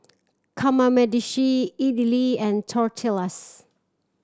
Kamameshi Idili and Tortillas